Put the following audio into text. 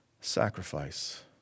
sacrifice